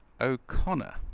O'Connor